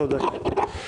צודק.